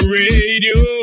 radio